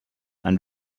ein